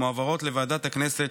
מועברות לוועדת הכנסת,